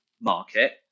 market